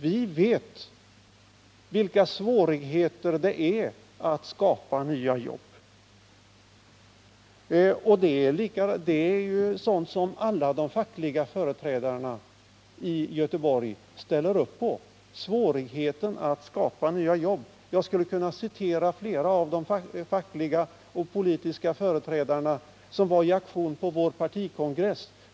Vi vet hur svårt det är att skapa nya jobb. Alla fackliga företrädare i Göteborg kan instämma i detta. Jag skulle kunna citera flera av de fackliga och politiska företrädare som var i aktion på vår partikongress.